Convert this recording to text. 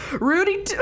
Rudy